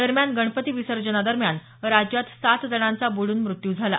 दरम्यान गणपती विसर्जनादरम्यान राज्यात सात जणांचा बुडून मृत्यू झाला